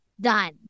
done